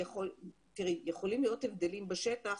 תראי, יכולים להיות הבדלים בשטח